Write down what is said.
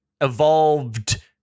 evolved